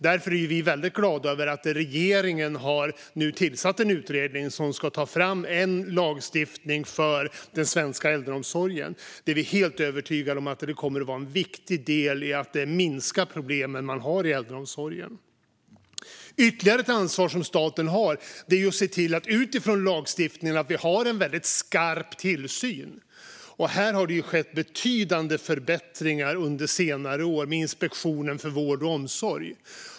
Därför är vi glada över att regeringen har tillsatt en utredning som ska ta fram en lagstiftning för den svenska äldreomsorgen. Vi är helt övertygade om att det kommer att vara en viktig del i att minska problemen i äldreomsorgen. Ytterligare ett ansvar som staten har är att utifrån lagstiftningen se till att det sker en skarp tillsyn. Här har det skett betydande förbättringar under senare år med Inspektionen för vård och omsorg.